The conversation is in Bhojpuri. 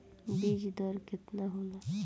बीज दर केतना होला?